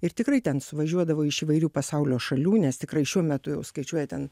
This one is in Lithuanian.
ir tikrai ten suvažiuodavo iš įvairių pasaulio šalių nes tikrai šiuo metu jau skaičiuoja ten